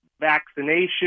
vaccination